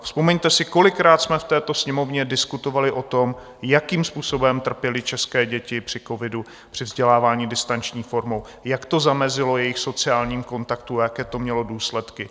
Vzpomeňte si, kolikrát jsme v této Sněmovně diskutovali o tom, jakým způsobem trpěly české děti při covidu, při vzdělávání distanční formou, jak to zamezilo jejich sociálním kontaktům a jaké to mělo důsledky.